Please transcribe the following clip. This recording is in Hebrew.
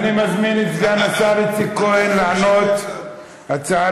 אני מזמין את סגן השר איציק כהן לענות על ההצעה